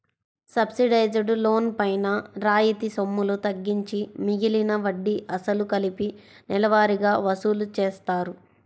subsidised loan పైన రాయితీ సొమ్ములు తగ్గించి మిగిలిన వడ్డీ, అసలు కలిపి నెలవారీగా వసూలు చేస్తారు